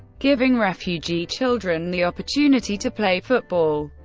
giving refugee children the opportunity to play football.